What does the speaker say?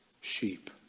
sheep